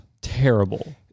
terrible